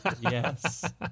Yes